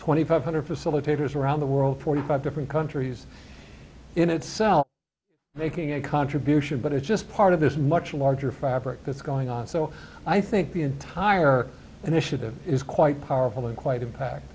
twenty five hundred facilitators around the world forty five different countries in itself making a contribution but it's just part of this much larger fabric that's going on so i think the entire initiative is quite powerful and quite impact